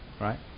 Right